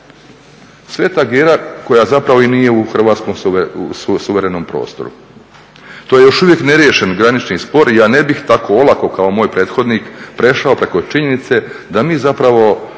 Sveta Gera koja zapravo i nije u hrvatskom suverenom prostoru. To je još uvijek neriješen granični spor i ja ne bih tako olako kao moj prethodnik prešao preko činjenice da mi zapravo